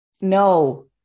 No